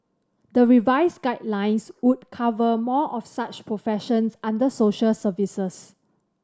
the revised guidelines would cover more of such professions under social services